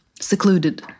Secluded